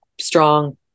strong